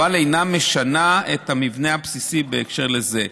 אבל אינה משנה את המבנה הבסיסי בהקשר לזה.